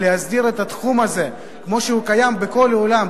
ולהסדיר את התחום הזה כמו שהוא קיים בכל העולם,